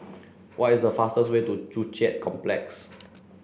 what is the fastest way to Joo Chiat Complex